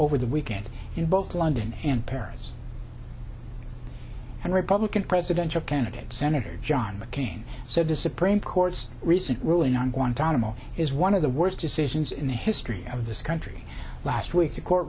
over the weekend in both london and paris and republican presidential candidate senator john mccain so the supreme court's recent ruling on guantanamo is one of the worst decisions in the history of this country last week the court